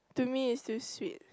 to me is still sweet